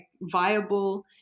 viable